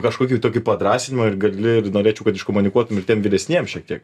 kažkokį tokį padrąsinimą ir gali ir norėčiau kad iškomunikuotum ir tiem vyresniem šiek tiek